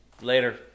Later